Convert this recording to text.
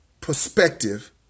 perspective